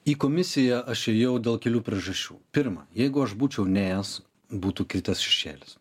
į komisiją aš ėjau dėl kelių priežasčių pirma jeigu aš būčiau neėjęs būtų kritęs šešėlis